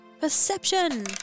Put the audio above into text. Perception